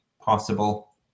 possible